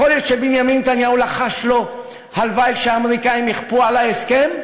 יכול להיות שבנימין נתניהו לחש לו "הלוואי שהאמריקנים יכפו עלי הסכם"?